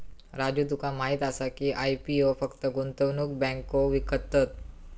राजू तुका माहीत आसा की, आय.पी.ओ फक्त गुंतवणूक बँको विकतत?